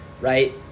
right